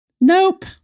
Nope